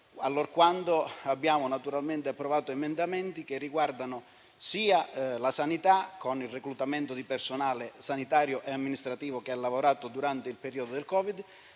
allorquando abbiamo approvato emendamenti che riguardano sia la sanità, con il reclutamento del personale sanitario e amministrativo che ha lavorato durante il periodo del Covid,